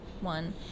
one